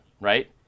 right